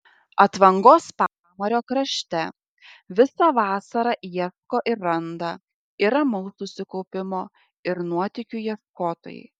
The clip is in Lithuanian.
atvangos pamario krašte visą vasarą ieško ir randa ir ramaus susikaupimo ir nuotykių ieškotojai